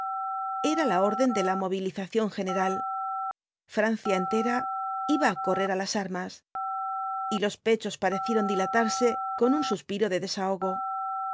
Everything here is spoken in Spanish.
era la orden de movilización general francia entera iba á correr á las armas y los pechos parecieron dilatarse con un suspiro de desahogo